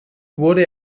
wurde